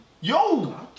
Yo